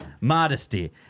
Modesty